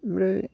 ओमफ्राय